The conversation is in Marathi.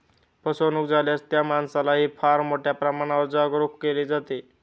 फसवणूक झाल्यास त्या माणसालाही फार मोठ्या प्रमाणावर जागरूक केले जाते